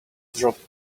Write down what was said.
dropped